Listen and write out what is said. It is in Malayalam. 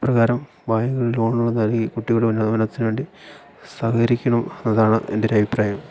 ഇപ്രകാരം ബാങ്കുകള് ലോണുകള് നൽകി കുട്ടികളുടെ ഉന്നമനത്തിനു വേണ്ടി സഹകരിക്കണം അതാണ് എൻ്റെ ഒരഭിപ്രായം